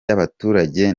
y’abaturage